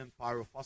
pyrophosphate